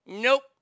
Nope